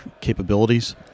capabilities